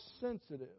sensitive